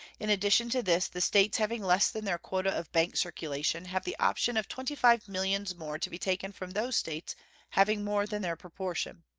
in addition to this the states having less than their quota of bank circulation have the option of twenty-five millions more to be taken from those states having more than their proportion.